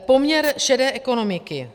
Poměr šedé ekonomiky.